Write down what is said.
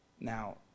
Now